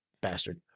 Bastard